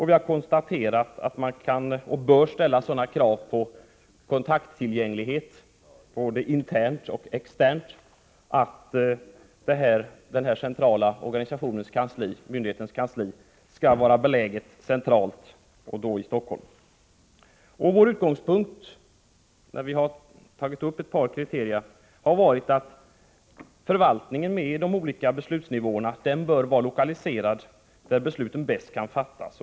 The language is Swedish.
Vi konstaterar att man kan och bör ställa sådana krav på kontakttillgängligheten, både internt och externt, att den här centrala myndighetens kansli skall vara beläget centralt, och då i Stockholm. Vår utgångspunkt när vi tagit upp några kriterier har varit att förvaltningen med de olika beslutsnivåerna bör vara lokaliserad där besluten bäst kan fattas.